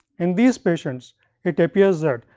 in these patients it appears that,